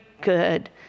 good